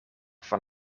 van